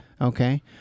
Okay